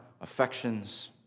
affections